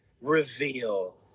reveal